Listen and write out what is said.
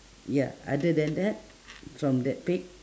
ya other than that from that pic